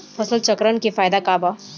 फसल चक्रण के फायदा का बा?